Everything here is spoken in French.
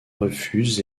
refuse